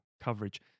coverage